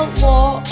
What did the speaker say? war